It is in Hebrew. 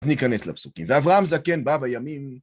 אז ניכנס לפסוקים. ואברהם זקן בא בימים...